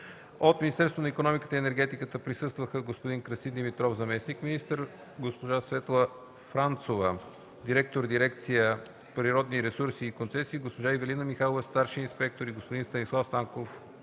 От Министерството на икономиката и енергетиката на заседанието присъстваха: господин Красин Димитров – заместник- министър, госпожа Светлана Францова – директор на дирекция „Природни ресурси и концесии”, госпожа Ивелина Михайлова – старши инспектор и господин Станислав Станков